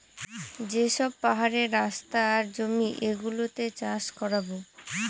যে সব পাহাড়ের রাস্তা আর জমি গুলোতে চাষ করাবো